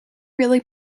really